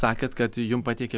sakėt kad jum pateikia